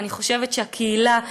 כי אני חושבת שהקהילה,